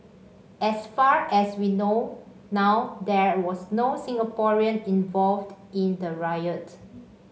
as far as we know now there was no Singaporean involved in the riot